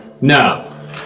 No